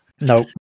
Nope